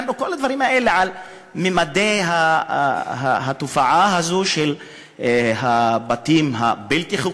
הכנו את כל הדברים האלה על ממדי התופעה הזאת של הבתים הבלתי-חוקיים,